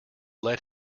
led